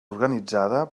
organitzada